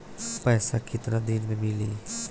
पैसा केतना दिन में मिली?